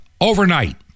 overnight